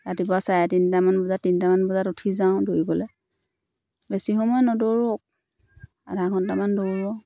ৰাতিপুৱা চাৰে তিনিটামান বজাত তিনিটামান বজাত উঠি যাওঁ দৌৰিবলৈ বেছি সময় নদৌৰোঁ আধা ঘণ্টামান দৌৰোঁ